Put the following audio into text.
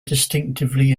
distinctively